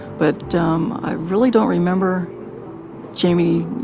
but um i really don't remember jamie,